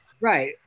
right